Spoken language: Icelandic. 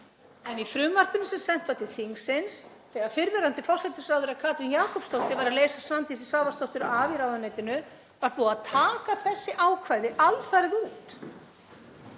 En í frumvarpinu sem sent var til þingsins, þegar fyrrverandi forsætisráðherra, Katrín Jakobsdóttir, var að leysa Svandísi Svavarsdóttur af í ráðuneytinu, var búið að taka þessi ákvæði alfarið út.